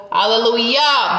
Hallelujah